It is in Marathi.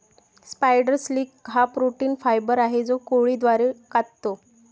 स्पायडर सिल्क हा प्रोटीन फायबर आहे जो कोळी द्वारे काततो